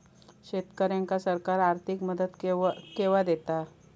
शेतकऱ्यांका सरकार आर्थिक मदत केवा दिता?